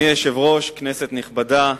כבוד סגן יושב-ראש הכנסת שאמה,